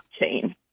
blockchain